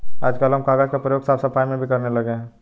आजकल हम कागज का प्रयोग साफ सफाई में भी करने लगे हैं